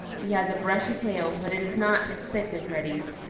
he has a brushy tail, but it is not as thick as reddy's.